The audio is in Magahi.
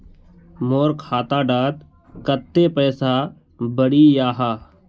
मोर खाता डात कत्ते पैसा बढ़ियाहा?